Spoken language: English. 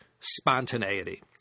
spontaneity